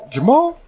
Jamal